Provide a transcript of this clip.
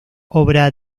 obra